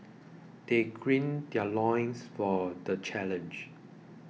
they gird their loins for the challenge